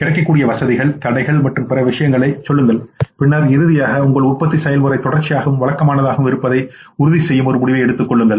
கிடைக்கக்கூடிய வசதிகள் தடைகள் மற்றும் பிற விஷயங்களைச்சொல்லுங்கள் பின்னர் இறுதியாக உங்கள் உற்பத்தி செயல்முறை தொடர்ச்சியாகவும் வழக்கமானதாகவும் இருப்பதை உறுதிசெய்யும் ஒரு முடிவு எடுத்துக் கொள்ளுங்கள்